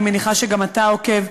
אני מניחה שגם אתה עוקב,